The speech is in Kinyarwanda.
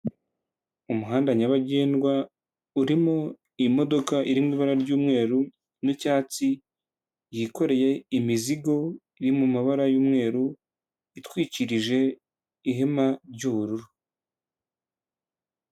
Umuhanda nyabagendwa urimo imodoka iri mu ibara ry'umweru n'icyatsi, yikoreye imizigo iri mumabara y'umweru itwikirije ihema ry'ubururu.